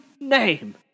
name